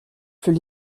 plus